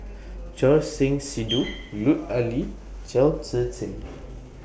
Choor Singh Sidhu Lut Ali and Chao Tzee Cheng